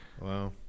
Wow